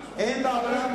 אין מקום בעולם,